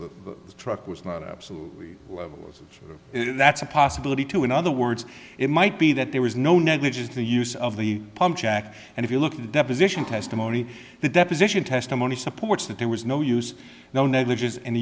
the truck was not absolutely that's a possibility too in other words it might be that there was no negligence the use of the pump jack and if you look at the deposition testimony the deposition testimony supports that there was no use no negligence and